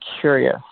curious